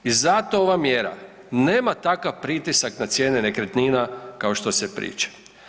I zato ova mjera nema takav pritisak na cijene nekretnina kao što se priča.